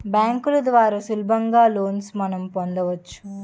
బ్యాంకుల ద్వారా సులభంగా లోన్స్ మనం పొందవచ్చు